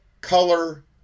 color